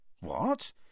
What